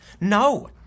No